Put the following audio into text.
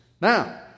Now